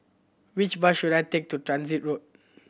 which bus should I take to Transit Road